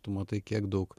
tu matai kiek daug